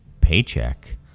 paycheck